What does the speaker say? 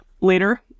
later